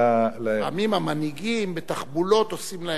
לפעמים המנהיגים בתחבולות עושים להם בחירות.